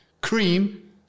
cream